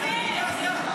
אבל זה לא משנה.